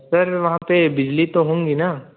sir वहाँ पर बिजली तो होगी ना